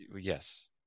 Yes